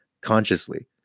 consciously